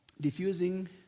Diffusing